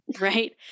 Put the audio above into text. Right